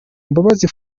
mbabazi